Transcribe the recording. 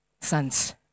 sons